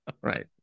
Right